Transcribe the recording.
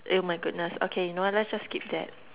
eh oh my goodness okay know what let's just skip that